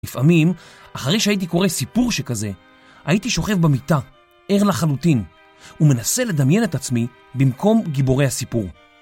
לפעמים, אחרי שהייתי קורא סיפור שכזה, הייתי שוכב במיטה, ער לחלוטין, ומנסה לדמיין את עצמי במקום גיבורי הסיפור.